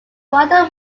father